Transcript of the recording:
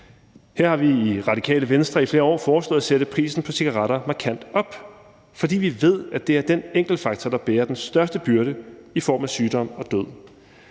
Her har vi i Radikale Venstre i flere år foreslået at sætte prisen på cigaretter markant op, fordi vi ved, at det er den enkeltfaktor, der bærer den største byrde i form af sygdom og død.